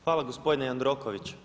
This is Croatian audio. Hvala gospodine Jandroković.